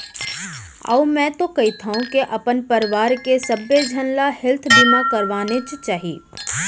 अउ मैं तो कहिथँव के अपन परवार के सबे झन ल हेल्थ बीमा करवानेच चाही